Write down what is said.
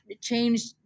changed